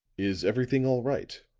is everything all right?